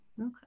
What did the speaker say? Okay